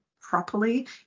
properly